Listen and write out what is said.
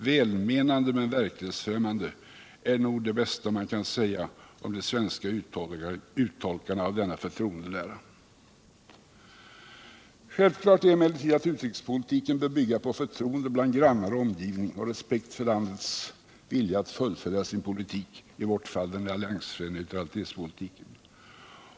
Välmenande men verklighetsfrämmande, det är nog det bästa man kan säga om de svenska uttolkarna av denna förtroendelära. Självklart är emellertid att utrikespolitiken bör bygga på förtroende bland grannar och omgivning och respekt för landets vilja att fullfölja sin politik, i vårt fall den alliansfria neutralitetspolitiken.